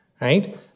Right